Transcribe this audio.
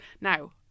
Now